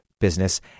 business